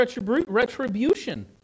retribution